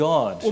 God